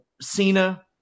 Cena